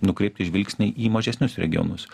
nukreipti žvilgsnį į mažesnius regionus